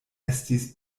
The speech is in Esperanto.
estis